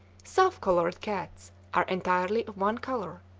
self-colored cats are entirely of one color,